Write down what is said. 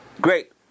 Great